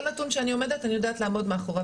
כל נתון שאני אומרת, אני יודעת לעמוד מאחוריו.